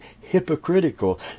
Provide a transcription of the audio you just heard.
hypocritical